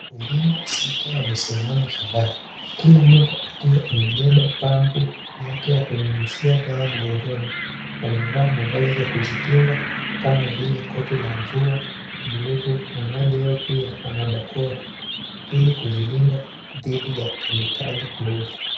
Wakulima sita wamesimama shambani, kila mmoja akiwa amebeba pampu yake ya kunyunyizia dawa mgongoni. Wamevaa mavazi ya kujikinga kama vile koti la mvua, glavu na baadhi yao pia wana barakoa ili kujilinda dhidi ya kemikali mbovu. .